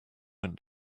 went